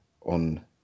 on